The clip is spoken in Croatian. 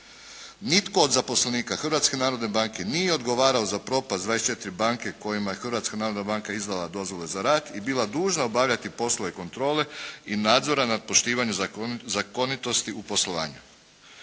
Hrvatske narodne banke nije odgovarao za propast 24 banke kojima je Hrvatska narodna banka izdala dozvole za rad i bila dužna obavljati poslove kontrole i nadzora nad poštivanju zakonitosti u poslovanju.